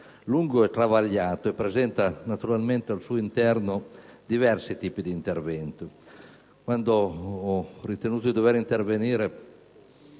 lungo e travagliato e presenta naturalmente al suo interno diversi tipi di intervento. Quando ho ritenuto di dover intervenire,